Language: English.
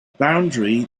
boundary